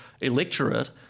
electorate